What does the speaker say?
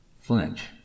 flinch